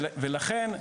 לכן,